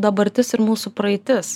dabartis ir mūsų praeitis